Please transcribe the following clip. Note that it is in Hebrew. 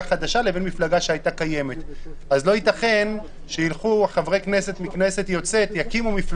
או הקלדת פרוטוקולים או לחילופין תהיה מצלמה שתשדר את מה שקורה